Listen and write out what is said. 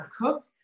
cooked